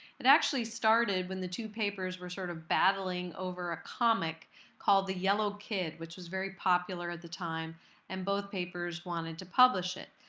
it actually started when the two papers were sort of battling over a comic called the yellow kid which was very popular at the time and both papers wanted to publish it.